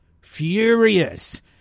furious